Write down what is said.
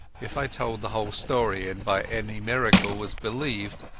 if i told the whole story, and by any miracle was believed,